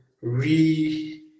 re